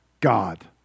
God